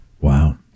Wow